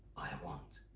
i want